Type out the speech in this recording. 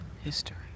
history